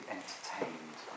entertained